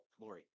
Lori